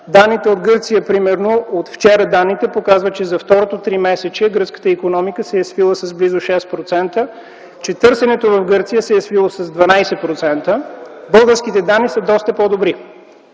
данните от Гърция от вчера показват, че за второто тримесечие гръцката икономика се е свила с близо 6%, че търсенето в Гърция се е свило с 12%. Българските данни са доста по-добри